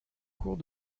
cours